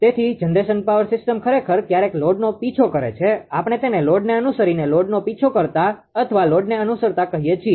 તેથી generation power system ખરેખર ક્યારેક લોડનો પીછો કરે છે આપણે તેને લોડને અનુસરીને લોડનો પીછો કરતા અથવા લોડને અનુસરતા કહીએ છીએ